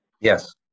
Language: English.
Yes